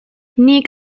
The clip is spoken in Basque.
nik